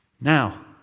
Now